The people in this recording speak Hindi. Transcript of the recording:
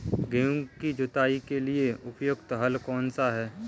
गेहूँ की जुताई के लिए प्रयुक्त हल कौनसा है?